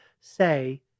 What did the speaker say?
say